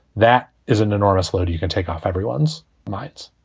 that is an enormous load. you can take off everyone's minds